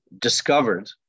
discovered